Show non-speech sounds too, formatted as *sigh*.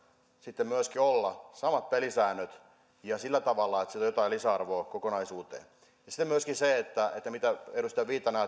sitten myöskin olla samat pelisäännöt ja sillä tavalla että sillä on jotain lisäarvoa kokonaisuuteen ja sitten myöskin mitä edustaja viitanen *unintelligible*